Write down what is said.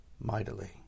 Mightily